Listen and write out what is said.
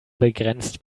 begrenzt